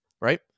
Right